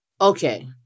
Okay